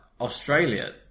Australia